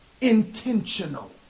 Intentional